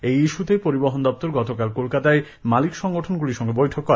এই ইস্যুতে পরিবহণ দপ্তর গতকাল কলকাতায় মালিক সংগঠনগুলির সঙ্গে বৈঠক করে